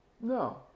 no